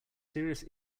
serious